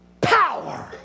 power